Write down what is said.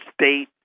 state